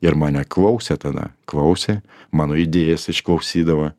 ir mane klausė tada klausė mano idėjas išklausydavo